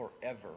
forever